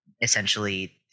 Essentially